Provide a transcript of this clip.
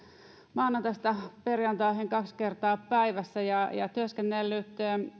maanantaista perjantaihin kaksi kertaa päivässä ja ja työskennellyt